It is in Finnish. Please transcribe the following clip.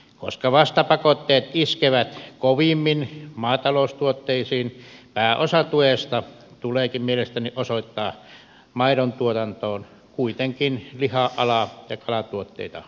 koska vastapakotteet iskevät kovimmin maataloustuotteisiin pääosa tuesta tuleekin mielestäni osoittaa maidontuotantoon kuitenkin liha alaa ja kalatuotteita unohtamatta